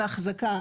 החזקה,